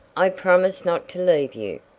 i promise not to leave you.